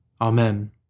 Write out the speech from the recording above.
Amen